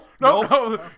no